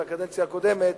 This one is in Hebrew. של הקדנציה הקודמת,